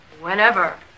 Whenever